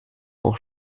auch